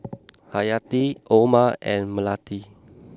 Haryati Omar and Melati